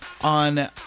on